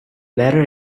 letter